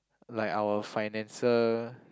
like our financial